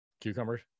Cucumbers